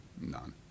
None